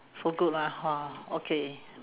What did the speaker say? so good lah !wah! okay